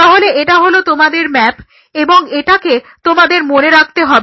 তাহলে এটা হলো তোমাদের ম্যাপ এবং এটাকে তোমাদের মনে রাখতে হবে